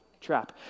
trap